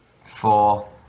Four